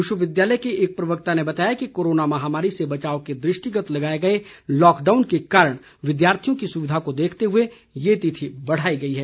विश्वविद्यालय के एक प्रवक्ता ने बताया कि कोरोना महामारी से बचाव के दृष्टिगत लगाए गए लॉकडाउन के कारण विद्यार्थियों की सुविधा को देखते हुए ये तिथि बढ़ाई गई है